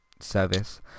service